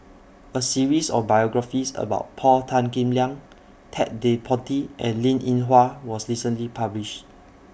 A series of biographies about Paul Tan Kim Liang Ted De Ponti and Linn in Hua was recently published